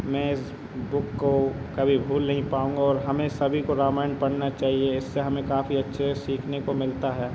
मैं इस बुक को कभी भूल नहीं पाऊँगा और हमें सभी को रामायण पढ़ना चाहिए इससे हमें काफ़ी अच्छे सीखने को मिलता है